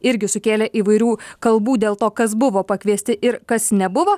irgi sukėlė įvairių kalbų dėl to kas buvo pakviesti ir kas nebuvo